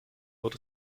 wird